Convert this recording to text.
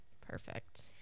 Perfect